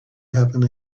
happen